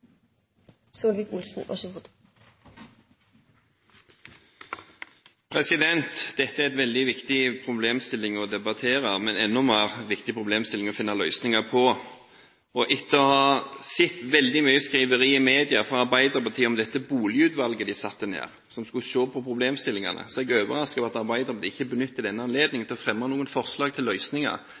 veldig viktig problemstilling å debattere, men enda mer en viktig problemstilling å finne løsninger på. Etter å ha sett veldig mye skriveri i media fra Arbeiderpartiet om det boligutvalget de satte ned, som skulle se på problemstillingene, er jeg overrasket over at Arbeiderpartiet ikke benytter denne anledningen til å fremme noen forslag til løsninger,